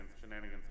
shenanigans